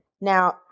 now